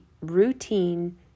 routine